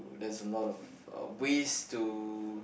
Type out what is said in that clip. there's a lot of uh ways to